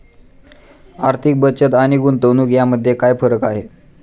आर्थिक बचत आणि गुंतवणूक यामध्ये काय फरक आहे?